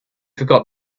forgot